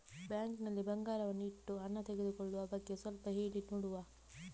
Bank ನಲ್ಲಿ ಬಂಗಾರವನ್ನು ಇಟ್ಟು ಹಣ ತೆಗೆದುಕೊಳ್ಳುವ ಬಗ್ಗೆ ಸ್ವಲ್ಪ ಹೇಳಿ ನೋಡುವ?